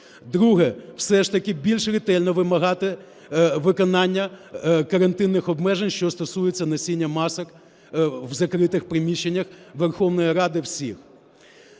Друге. Все ж таки більш ретельно вимагати виконання карантинних обмежень, що стосуються носіння масок в закритих приміщеннях Верховної Ради всіх.